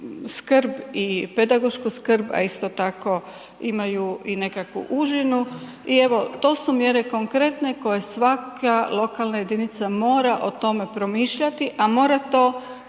skrb i pedagošku skrb, a isto tako imaju i nekakvu užinu. I evo to su mjere konkretne koje svaka lokalna jedinica mora o tome promišljati, a mora to